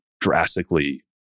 drastically